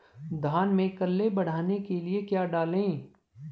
धान में कल्ले बढ़ाने के लिए क्या डालें?